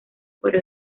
para